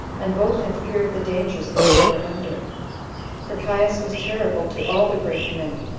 and both in fear of the dangers that they were under for caius was terrible to all the great men,